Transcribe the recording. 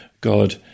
God